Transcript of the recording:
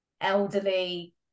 elderly